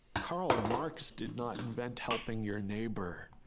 carl marx did not invent helping your neighbor.